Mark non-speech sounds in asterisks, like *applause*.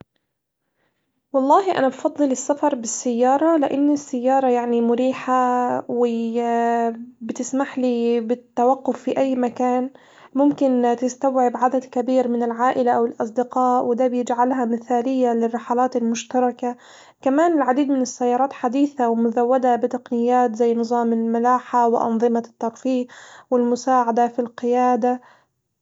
والله أنا بفضل السفر بالسيارة، لإن السيارة يعني مريحة و *hesitation* بتسمح لي بالتوقف في أي مكان، ممكن تستوعب عدد كبير من العائلة أو الأصدقاء وده بيجعلها مثالية للرحلات المشتركة، كمان العديد من السيارات حديثة ومزودة بتقنيات زي نظام الملاحة وأنظمة الترفيه والمساعدة في القيادة.